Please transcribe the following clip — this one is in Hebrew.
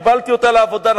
קיבלתי אותה לעבודה,